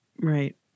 Right